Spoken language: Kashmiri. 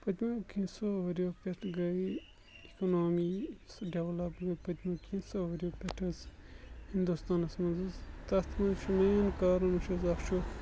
پٔتمیو کینٛژھو ؤریو پٮ۪ٹھ گٔے اِکنامی ڈٮ۪ولَپ گٔے پٔتمیو کینٛژو ؤریو پٮ۪ٹھ حظ ہِندُستانَس منٛز حظ تَتھ منٛز چھُ مین کَارَن وٕچھ حظ اَکھ چھُ